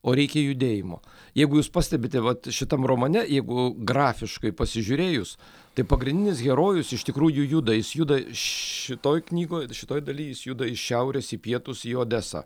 o reikia judėjimo jeigu jūs pastebite vat šitam romane jeigu grafiškai pasižiūrėjus tai pagrindinis herojus iš tikrųjų juda jis juda šitoj knygoj šitoj daly jis juda iš šiaurės į pietus į odesą